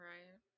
Right